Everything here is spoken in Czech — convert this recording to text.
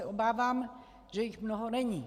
Obávám se, že jich mnoho není.